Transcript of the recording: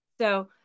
So-